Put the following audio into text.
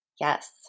Yes